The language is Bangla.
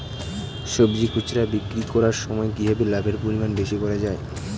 সবজি খুচরা বিক্রি করার সময় কিভাবে লাভের পরিমাণ বেশি করা যায়?